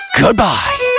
Goodbye